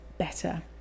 better